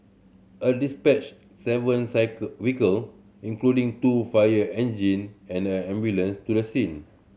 a dispatched seven vehicle including two fire engine and an ambulance to the scene